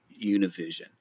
Univision